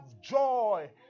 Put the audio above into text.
joy